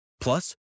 Plus